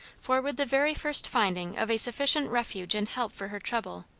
for, with the very first finding of a sufficient refuge and help for her trouble,